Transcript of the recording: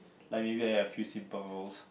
like maybe I have few simple roles